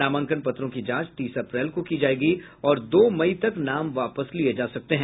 नामांकन पत्रों की जांच तीस अप्रैल को की जायेगी और दो मई तक नाम वापस लिये जा सकते हैं